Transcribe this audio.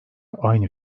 aynı